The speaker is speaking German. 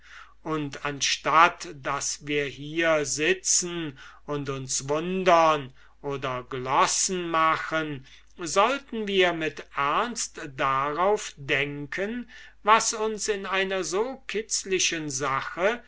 und anstatt daß wir hier sitzen und uns verwundern oder glossen machen sollten wir mit ernst darauf denken was uns in einer so kitzlichen sache